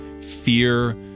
fear